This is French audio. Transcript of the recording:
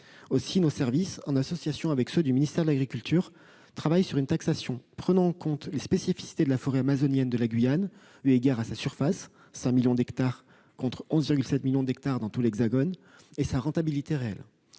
Aussi, nos services, en association avec ceux du ministère de l'agriculture, travaillent sur une taxation prenant en compte les spécificités de la forêt amazonienne de la Guyane et, en particulier, sa surface, qui s'élève à 5 millions d'hectares, contre 11,7 millions d'hectares de forêts dans tout l'Hexagone, ainsi que sa rentabilité réelle.